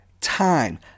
time